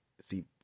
see